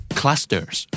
clusters